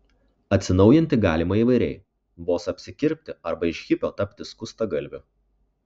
atsinaujinti galima įvairiai vos apsikirpti arba iš hipio tapti skustagalviu